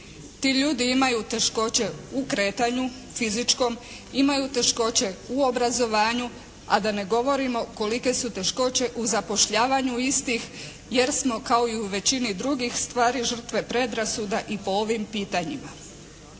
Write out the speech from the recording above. Ti ljudi imaju teškoće u kretanju fizičkom, imaju teškoće u obrazovanju, a da ne govorimo kolike su teškoće u zapošljavanju istih jer smo kao i u većini drugih stvari žrtve predrasuda i po ovim pitanjima.